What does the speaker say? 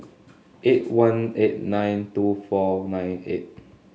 eight one eight nine two four nine eight